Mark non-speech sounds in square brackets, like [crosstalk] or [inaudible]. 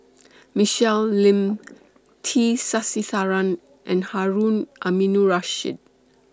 [noise] Michelle Lim [noise] T Sasitharan and Harun Aminurrashid